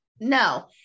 no